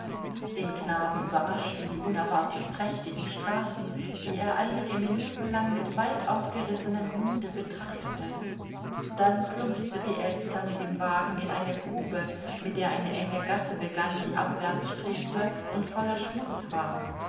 den knaben überraschten die unerwartet prächtigen straßen die er einige minuten lang mit weit aufgerissenem munde betrachtete dann plumpste die elster mit dem wagen in eine grube mit der eine enge gasse begann die abwärts strebte und voller schmutz war